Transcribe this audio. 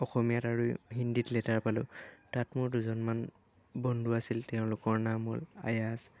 অসমীয়াত আৰু হিন্দীত লেটাৰ পালোঁ তাত মোৰ দুজনমান বন্ধু আছিল তেওঁলোকৰ নাম হ'ল আয়াজ